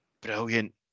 Brilliant